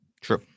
True